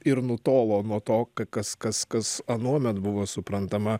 ir nutolo nuo to kas kas kas anuomet buvo suprantama